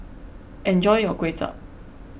enjoy your Kway Chap